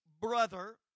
brother